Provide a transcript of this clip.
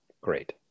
Great